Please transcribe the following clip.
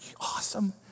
awesome